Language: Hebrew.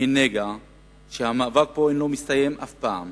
הן נגע שהמאבק בו אינו מסתיים אף פעם.